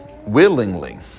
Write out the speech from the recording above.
willingly